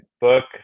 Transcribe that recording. book